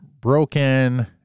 broken